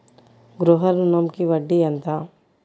గృహ ఋణంకి వడ్డీ ఎంత?